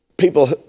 people